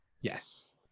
Yes